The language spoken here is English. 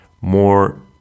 more